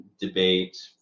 debate